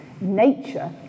Nature